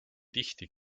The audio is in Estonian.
tihti